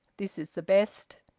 this is the best.